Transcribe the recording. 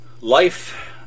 life